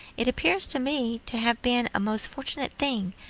it appears to me to have been a most fortunate thing,